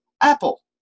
Apple